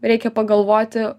reikia pagalvoti